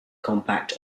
compact